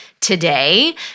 today